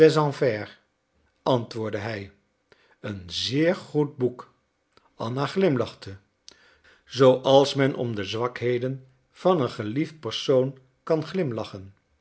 antwoordde hij een zeer goed boek anna glimlachte zooals men om de zwakheden van een geliefd persoon kan glimlachen